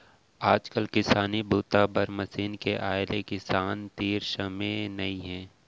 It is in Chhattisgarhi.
आजकाल किसानी बूता बर मसीन के आए ले किसान तीर समे नइ हे